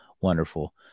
wonderful